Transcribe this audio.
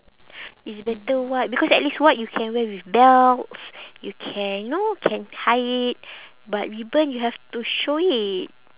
it's better white because at least white you can wear with belts you can you know can tie it but ribbon you have to show it